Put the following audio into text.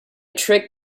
trick